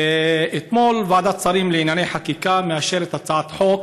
אתמול ועדת השרים לענייני חקיקה מאשרת הצעת חוק